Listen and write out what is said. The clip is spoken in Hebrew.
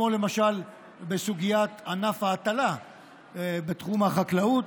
כמו למשל בסוגיית ענף ההטלה בתחום החקלאות,